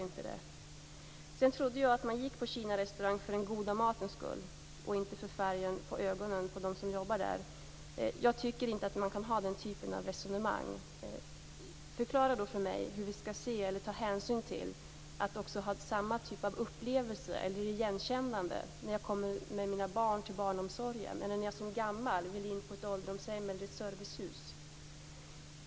Sedan vill jag säga att jag trodde att man gick på Kinarestaurang för den goda matens skull, inte för ögonfärgen på dem som jobbar där. Jag tycker inte att man kan ha den typen av resonemang. Förklara då för mig hur vi skall se eller ta hänsyn till detta med samma typ av upplevelse eller igenkännande när man kommer med sina barn till barnomsorgen eller när man som gammal vill in på ett ålderdomshem eller ett servicehus.